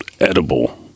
edible